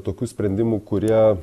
tokių sprendimų kurie